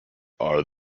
are